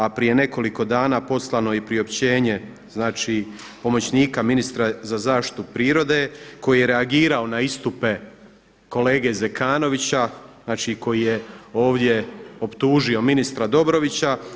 A prije nekoliko dana poslano je i priopćenje, znači pomoćnika ministra za zaštitu prirode koji je reagirao na istupe kolega Zekanovića, znači koji je ovdje optužio ministra Dobrovića.